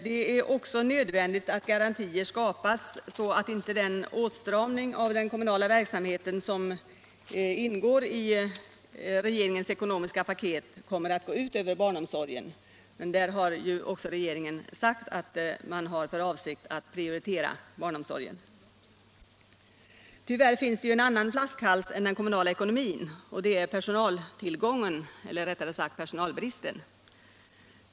Det är nödvändigt att garantier skapas så att inte den åtstramning av den kommunala verksamheten, som ingår i regeringens ekonomiska paket, kommer att gå ut över barnomsorgen. Regeringen har också sagt att man har för avsikt att prioritera barnomsorgen. Tyvärr finns det en annan flaskhals än den kommunala ekonomin, och det är personaltillgången, eller rättare sagt personalbristen.